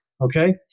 okay